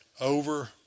over